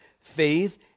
Faith